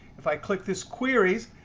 if i click this query,